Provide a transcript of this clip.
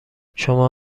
شما